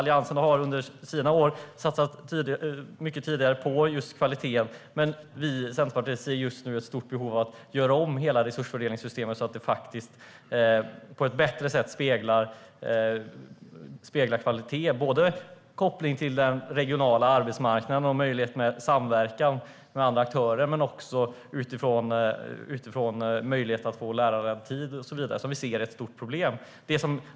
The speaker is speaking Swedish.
Alliansen satsade under sina år mycket på kvalitet, men vi i Centerpartiet ser just nu ett stort behov av att göra om hela resursfördelningssystemet så att det på ett bättre sätt speglar kvalitet med koppling till den regionala arbetsmarknaden, samverkan med andra aktörer och att få lärartid. Vi ser ett stort problem.